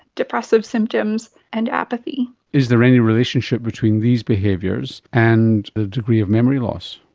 depressive symptoms and apathy. is there any relationship between these behaviours and the degree of memory loss?